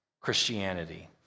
Christianity